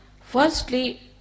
Firstly